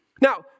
Now